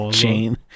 Chain